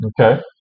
Okay